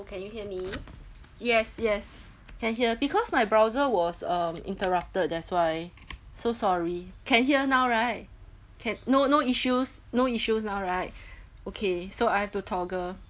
can you hear me yes yes can hear because my browser was um interrupted that's why so sorry can hear now right can no no issues no issues now right okay so I have to toggle